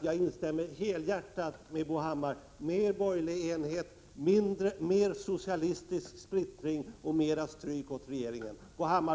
Jag instämmer helhjärtat med Bo Hammar: Mer borgerlig enighet, mer socialistisk splittring och mer stryk åt regeringen!